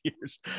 years